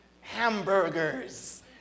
Hamburgers